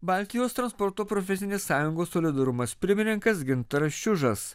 baltijos transporto profesinės sąjungos solidarumas pirmininkas gintaras čiužas